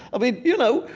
i mean, you know,